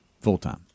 Full-time